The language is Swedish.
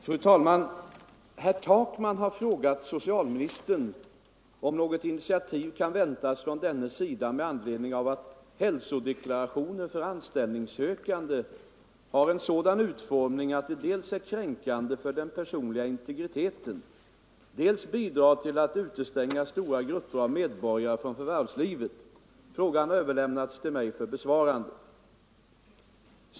Fru talman! Herr Takman har frågat socialministern om något initiativ kan väntas från dennes sida med anledning av att hälsodeklarationer för anställningssökande har en sådan utformning att de dels är kränkande för den personliga integriteten, dels bidrar till att utestänga stora grupper av medborgare från förvärvslivet. Frågan har överlämnats till mig för besvarande.